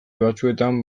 batzuetan